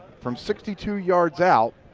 from sixty two yards out.